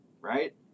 Right